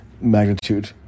magnitude